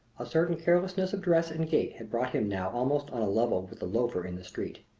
a certain carelessness of dress and gait had brought him now almost on a level with the loafer in the street.